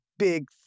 big